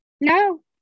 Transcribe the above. No